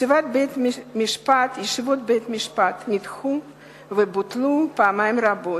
ישיבות בית-המשפט נדחו ובוטלו פעמים רבות.